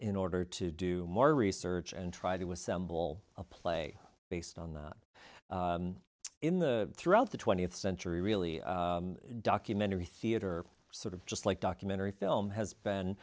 in order to do more research and try to assemble a play based on that in the throughout the twentieth century really documentary theater sort of just like documentary film has